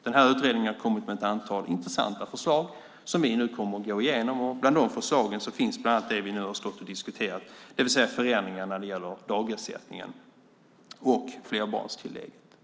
Den här utredningen har kommit med ett antal intressanta förslag som vi nu kommer att gå igenom. Bland de förslagen finns det vi nu har stått och diskuterat, det vill säga förändringar när det gäller dagersättning och flerbarnstillägg.